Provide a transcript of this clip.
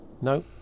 no